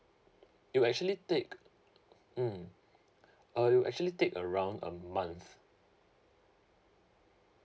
it'll actually take mm uh we actually take around a month